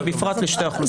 ובפרט לשתי האוכלוסיות.